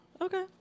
Okay